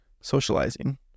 socializing